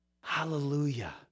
hallelujah